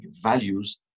values